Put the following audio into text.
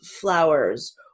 flowers